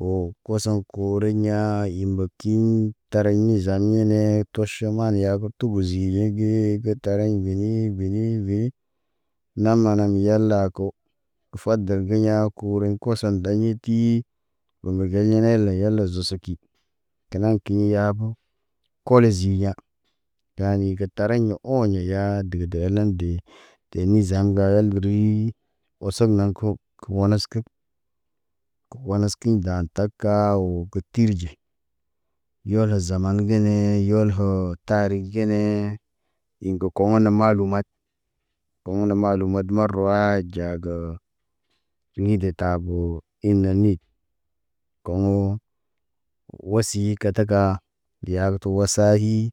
woo kosoŋg koroɲaa yembək tiɲ tariɲ mizan ŋgene toʃoman yagi gə tugu zii gə tariɲ beni beni beni nama nan yalako. Kə fadal kiɲa kuruɲ koson daɲitii. Wala gey yenel le zusuki. Tənaŋg kiɲi yaabu kole ziiɲa Daani kə tariɲa ooɲo yaa degə deel dee. Dee nizam ŋgalan rii wo son na ko kə wanaskə. Kə wanaskiɲ dan taaka wo kə tirɟe. Yolo zaman ginee yolhoot. Tarik genee in ge kowono malumat. Kowono malumat marawaayit ɟaa gə. Ŋgide taaboo ine ɲit. Kowoŋg woo wasi kataka deya gə tə wasa hi.